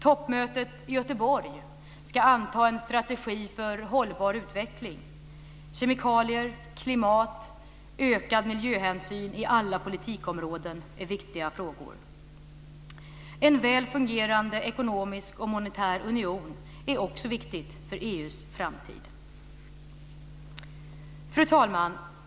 Toppmötet i Göteborg ska anta en strategi för hållbar utveckling - kemikalier, klimat och ökad miljöhänsyn på alla politikområden är viktiga frågor. En väl fungerande ekonomisk och monetär union är också viktig för EU:s framtid. Fru talman!